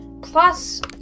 Plus